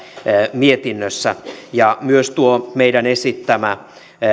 mietinnössä ja myös tuo meidän esittämämme